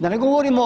Da ne govorimo